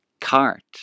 cart